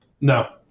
No